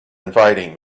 inviting